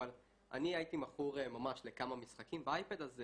אבל אני הייתי ממש מכור לכמה משחקים באייפד הזה